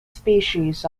species